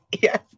Yes